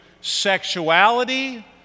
sexuality